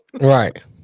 right